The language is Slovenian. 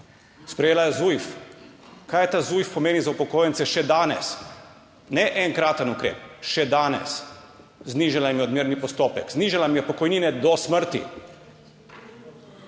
Sprejela je ZUJF. Kaj ta ZUJF pomeni za upokojence še danes, ne enkraten ukrep, še danes? Znižala jim je odmerni postopek, znižala jim je pokojnine do smrti.